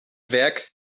werk